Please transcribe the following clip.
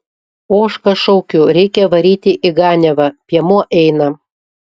ožką šaukiu reikia varyti į ganiavą piemuo eina